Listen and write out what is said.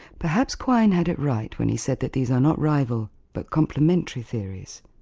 perhaps quine had it right when he said that these are not rival but complementary theories.